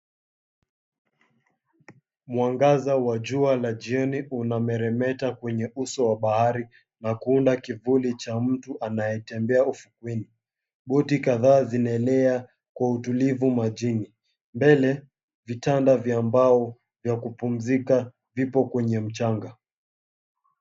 Mwangaza wa jua la jioni unameremeta kwenye uso wa bahari na kuunda kivuli cha mtu anayetembea ufukweni. Boti kadhaa zinaelea kwa utulivu majini. Mbele vitanda vya mbao vya kupumzika vipo kwenye mchanga.